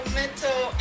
mental